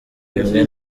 bimwe